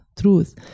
truth